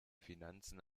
finanzen